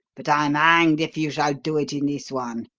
but i'm hanged if you shall do it in this one!